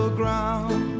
ground